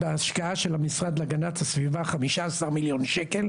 המשרד להגנת הסביבה בתקציב שלו,